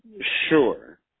Sure